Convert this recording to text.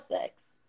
sex